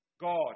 God